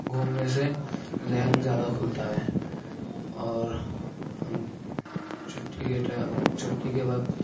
گھومنے سے ذہن زیاہ کھلتا ہے اور ہم چھٹی کے ٹے چھٹی کے وقت